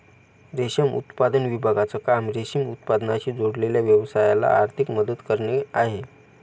रेशम उत्पादन विभागाचं काम रेशीम उत्पादनाशी जोडलेल्या व्यवसायाला आर्थिक मदत करणे आहे